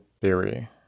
theory